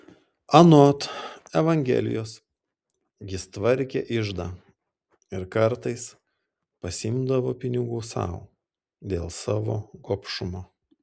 anot evangelijos jis tvarkė iždą ir kartais pasiimdavo pinigų sau dėl savo gobšumo